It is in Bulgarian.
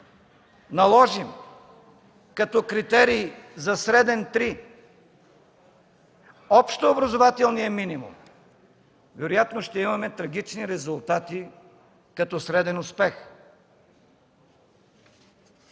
наложим като критерий за „среден – 3” общообразователният минимум, вероятно ще имаме трагични резултати като среден успех.